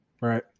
Right